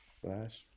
Flash